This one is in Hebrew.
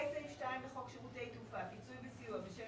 סעיף 2 לחוק שירותי תעופה (פיצוי וסיוע בשל